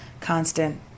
constant